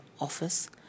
office